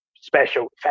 special